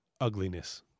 ugliness